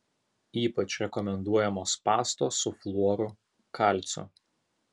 ypač rekomenduojamos pastos su fluoru kalciu